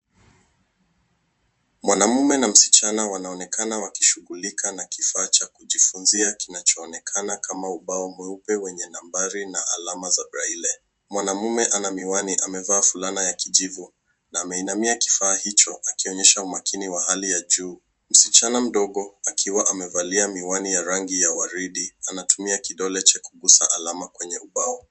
Mwanaume na msichana wanaonekana wakishughulika na kifaa cha kujifunzia kinachoonekana kama ubao mweupe wenye nambari na alama za braile. Mwanaume ana miwani, amevaa fulana ya kijivu na ameinamia kifaa hicho akionyesha umakini wa hali ya juu. Msichana mdogo, akiwa amevalia miwani ya rangi ya waridi, anatumia kidole cha kugusa alama kwenye ubao.